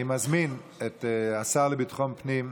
אני מזמין את השר לביטחון הפנים,